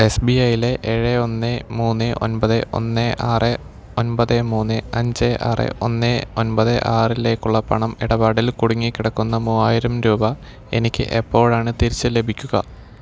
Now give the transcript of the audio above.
S B ഐലെ ഏഴ് ഒന്ന് മൂന്ന് ഒൻപത് ഒന്ന് ആറ് ഒൻപത് മൂന്ന് അഞ്ച് ആറ് ഒന്ന് ഒൻപത് ആറിലേക്കുള്ള പണം ഇടപാടിൽ കുടുങ്ങിക്കിടക്കുന്ന മൂവായിരം രൂപ എനിക്ക് എപ്പോഴാണ് തിരിച്ച് ലഭിക്കുക